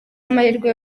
amahirwe